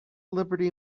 liberty